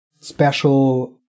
special